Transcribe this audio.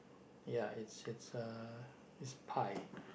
ya it's it's a it's a pie